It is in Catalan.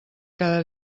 cada